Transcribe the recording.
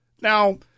Now